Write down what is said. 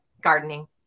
gardening